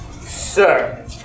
Sir